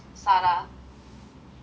sara is the only one attached